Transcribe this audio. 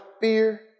fear